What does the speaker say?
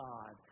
God